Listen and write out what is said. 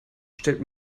stellt